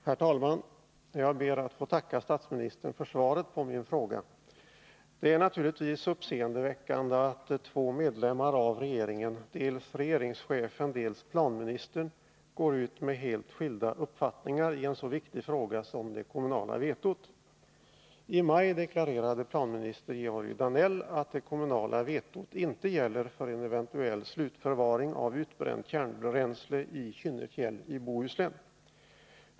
Herr talman! Jag ber att få tacka statsministern för svaret på min fråga. Det är naturligtvis uppseendeväckande att två medlemmar av regeringen, dels regeringschefen, dels planministern, går ut med helt skilda uppfattningar i en så viktig fråga som det kommunala vetot. I maj deklarerade planminister Georg Danell att det kommunala vetot inte gäller för en eventuell slutförvaring av utbränt kärnbränsle i Kynnefjäll i Bohuslän.